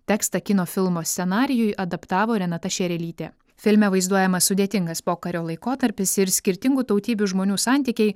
tekstą kino filmo scenarijui adaptavo renata šerelytė filme vaizduojamas sudėtingas pokario laikotarpis ir skirtingų tautybių žmonių santykiai